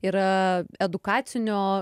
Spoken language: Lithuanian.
yra edukacinio